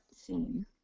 scene